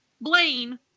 Blaine